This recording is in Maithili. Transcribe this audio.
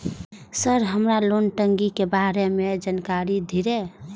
सर हमरा लोन टंगी के बारे में जान कारी धीरे?